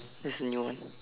there's a new one